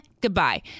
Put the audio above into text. goodbye